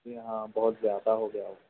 جی ہاں بہت زیادہ ہو گیا